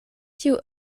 tiu